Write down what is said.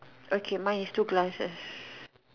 okay mine is two glasses